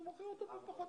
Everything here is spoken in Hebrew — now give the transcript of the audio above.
הוא מוכר אותו בפחות.